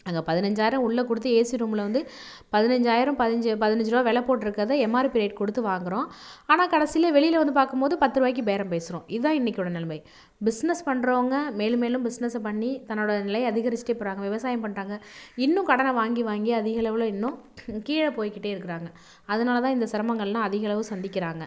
அங்கே பதினஞ்சாயிரம் உள்ளே கொடுத்து ஏசி ரூமில் வந்து பதினஞ்சாயிரம் பதினஞ்சு பதினஞ்சு ருபா வெலை போட்டிருக்கிறத எம்ஆர்பி ரேட் கொடுத்து வாங்கறோம் ஆனால் கடைசில வெளியில் வந்து பார்க்கும்மோது பத்துருவாய்க்கி பேரம் பேசுகிறோம் இதுதான் இன்னிக்கோடய நிலைமை பிஸ்னஸ் பண்றவங்க மேலும் மேலும் பிஸ்னஸை பண்ணி தன்னோடய நிலையை அதிகரித்துட்டே போகிறாங்க விவசாயம் பண்றவங்க இன்னும் கடனை வாங்கி வாங்கி அதிகளவில் இன்னும் கீழே போயிக்கிட்டே இருக்கிறாங்க அதனால தான் இந்த சிரமங்கள்லாம் அதிகளவு சந்திக்கிறாங்க